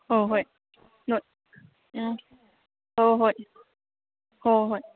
ꯍꯣꯏ ꯍꯣꯏ ꯑꯥ ꯍꯣꯏ ꯍꯣꯏ ꯍꯣꯏ ꯍꯣꯏ